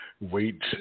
Wait